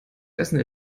essen